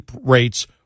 rates